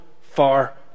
far